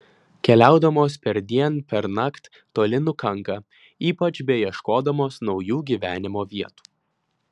keliaudamos perdien pernakt toli nukanka ypač beieškodamos naujų gyvenimo vietų